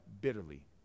bitterly